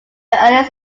earliest